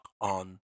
on